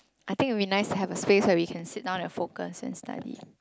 I think it would be nice to have a space where we can sit down and focus and study